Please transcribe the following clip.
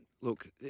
look